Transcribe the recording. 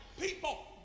people